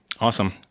awesome